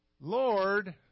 Lord